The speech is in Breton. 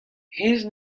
hennezh